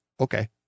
okay